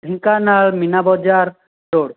Dhenkanal Meena Bazaar road